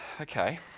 Okay